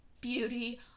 beauty